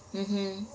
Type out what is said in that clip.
mmhmm